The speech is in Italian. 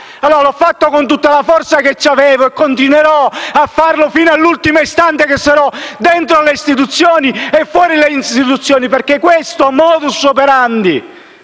allora fatto con tutta la forza che avevo e continuerò a farlo fino all'ultimo istante in cui sarò dentro le istituzioni, ma anche fuori dalle istituzioni, perché il *modus operandi*